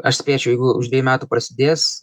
aš spėčiau jeigu už dviejų metų prasidės